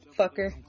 fucker